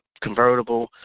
convertible